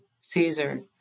caesar